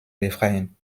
befreien